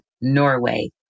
Norway